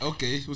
Okay